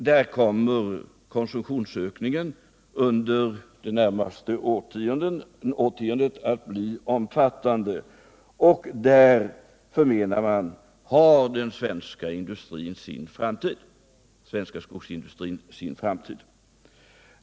Där kommer konsumtionsökningen under det närmaste årtiondet att bli omfattande och där menar man att den svenska skogsindustrin har sin framtid.